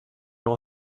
will